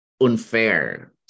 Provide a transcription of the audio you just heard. unfair